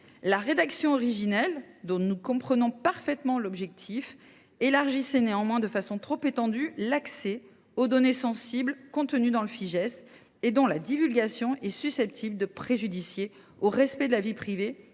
la rédaction originelle, dont nous comprenons parfaitement l’objectif, élargissait néanmoins de façon trop étendue l’accès aux données sensibles contenues dans le Fijais. Leur divulgation est susceptible de porter préjudice au respect de la vie privée